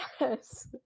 Yes